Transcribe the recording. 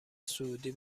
سعودی